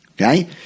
okay